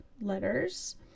letters